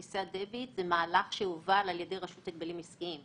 תמנעו מהם מהלכים של להוציא כרטיס דביט שעד עכשיו הם לא הוציאו.